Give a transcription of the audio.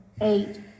eight